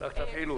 רק תפעילו אותה.